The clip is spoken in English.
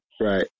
right